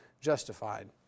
Justified